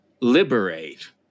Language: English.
liberate